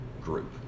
group